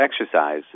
exercise